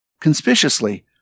Conspicuously